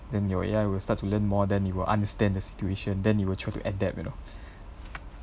then your A_I will start to learn more then it will understand the situation then it will try to adapt you know